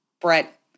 Brett